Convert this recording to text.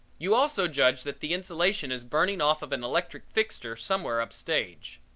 you also judge that the insulation is burning off of an electric fixture somewhere up stage.